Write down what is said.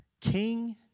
King